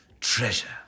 treasure